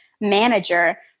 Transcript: manager